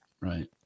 Right